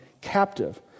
captive